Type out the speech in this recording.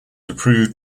approved